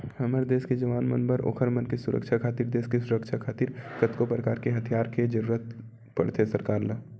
हमर देस के जवान मन बर ओखर मन के सुरक्छा खातिर देस के सुरक्छा खातिर कतको परकार के हथियार ले के जरुरत पड़थे सरकार ल